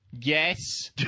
Yes